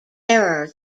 error